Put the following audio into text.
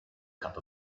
cup